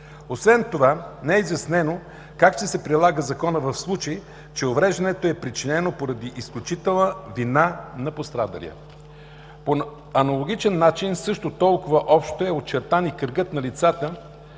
Освен това не е изяснено как ще се прилага Законът в случай, че увреждането е причинено поради изключителна вина на пострадалия. По аналогичен начин, също толкова общо, е очертан и кръгът на лицата,